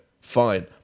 fine